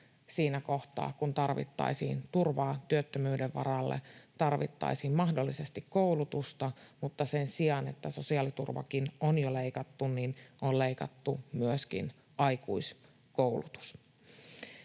Siinä kohtaa, kun tarvittaisiin turvaa työttömyyden varalle, tarvittaisiin mahdollisesti koulutusta, mutta sen sijaan, että sosiaaliturvakin on jo leikattu, on leikattu myöskin aikuiskoulutus.